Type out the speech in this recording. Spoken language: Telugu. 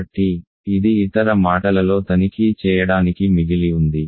కాబట్టి ఇది ఇతర మాటలలో తనిఖీ చేయడానికి మిగిలి ఉంది